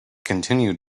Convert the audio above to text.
continued